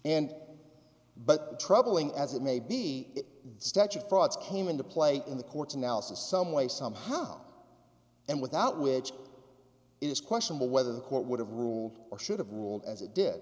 and but troubling as it may be the statute frauds came into play in the courts analysis some way somehow and without which it is questionable whether the court would have ruled or should have ruled as it did